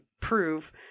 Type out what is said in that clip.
prove